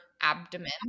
abdomen